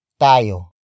tayo